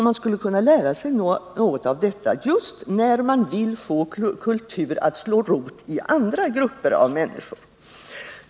Man skulle kunna lära sig något av detta, just när man vill få kultur att slå rot i andra grupper av människor.